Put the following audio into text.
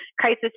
crisis